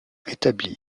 établie